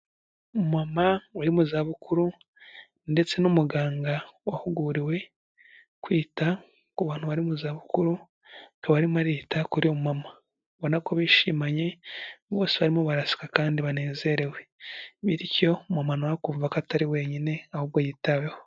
Umumama uri mu zabukuru ndetse n'umuganga wahuguriwe kwita ku bantu bari mu zabukuru, akaba arimo arita kuri uyu mumama ubona ko bishimanye bose barimo baraseka, kandi banezerewe bityo umumama akamva ko atari wenyine ahubwo yitaweho.